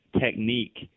technique